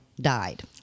died